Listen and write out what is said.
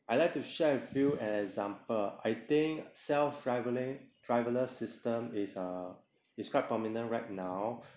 I like to share with you example I think self travelling driverless system is uh is quite prominent right now